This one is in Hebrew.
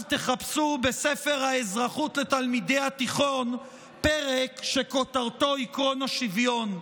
תחפשו בספר האזרחות לתלמידי התיכון פרק שכותרתו עקרון השוויון.